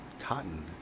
cotton